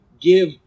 give